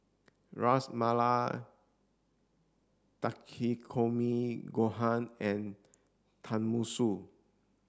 Ras Malai Takikomi Gohan and Tenmusu